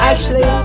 Ashley